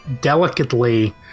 delicately